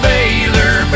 Baylor